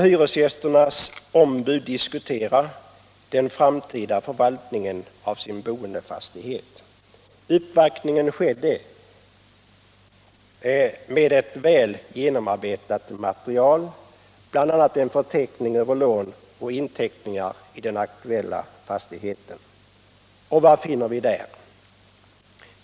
Hyresgästernas ombud ville diskutera den framtida förvaltningen av sin boendefastighet. Uppvaktningen hade med sig ett väl genomarbetat material, bl.a. en förteckning över lån och inteckningar i den aktuella fastigheten. Och vad finner vi där?